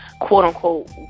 quote-unquote